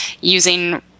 using